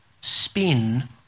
spin